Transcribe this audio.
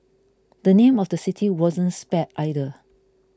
the name of the city wasn't spared either